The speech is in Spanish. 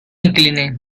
incliné